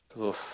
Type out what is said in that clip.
Oof